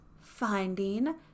finding